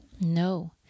No